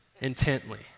intently